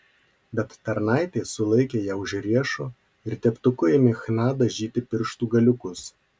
bet tarnaitė sulaikė ją už riešo ir teptuku ėmė chna dažyti pirštų galiukus